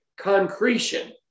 concretion